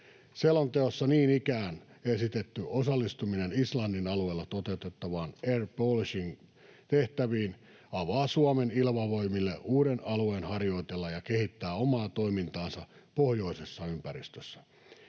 Selonteossa niin ikään esitetty osallistuminen Islannin alueella toteutettaviin air policing ‑tehtäviin avaa Suomen ilmavoimille uuden alueen harjoitella ja kehittää omaa toimintaansa pohjoisessa ympäristössä.